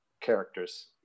characters